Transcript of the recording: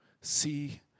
see